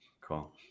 Cool